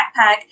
backpack